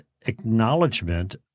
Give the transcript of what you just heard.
acknowledgement